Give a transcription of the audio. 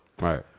Right